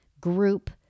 group